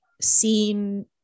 seen